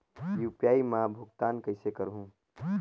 UPI मा भुगतान कइसे करहूं?